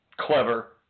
clever